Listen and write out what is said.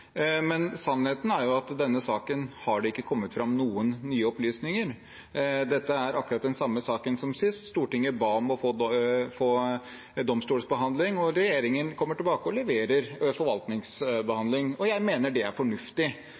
Men sannheten er jo at i denne saken har det ikke kommet fram noen nye opplysninger. Dette er akkurat den samme saken som sist. Stortinget ba om å få domstolsbehandling, og regjeringen kommer tilbake og leverer forvaltningsbehandling. Jeg mener det er fornuftig.